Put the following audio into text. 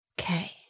Okay